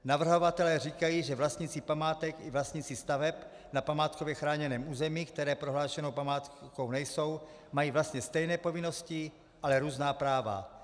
Navrhovatelé říkají, že vlastníci památek i vlastníci staveb na památkově chráněném území, které prohlášené památkou nejsou, mají vlastně stejné povinnosti, ale různá práva.